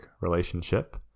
relationship